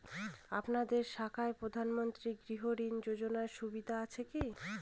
আপনাদের শাখায় প্রধানমন্ত্রী গৃহ ঋণ যোজনার সুবিধা আছে কি?